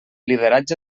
lideratge